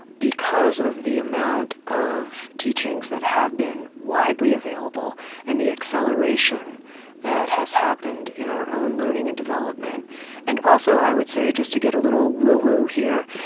because of the amount of teachings that have been widely available and the acceleration that has happened in our own learning and development and also, i would say, just to get a little woo-woo here,